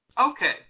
Okay